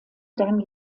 dann